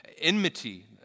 Enmity